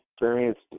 experienced